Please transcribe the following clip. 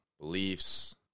beliefs